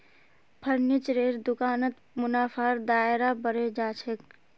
फर्नीचरेर दुकानत मुनाफार दायरा बढ़े जा छेक